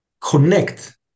connect